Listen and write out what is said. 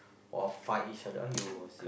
or fight each other !aiyo! I say